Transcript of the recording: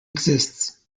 exists